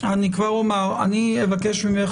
אני אבקש ממך,